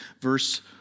Verse